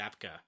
Zapka